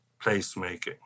placemaking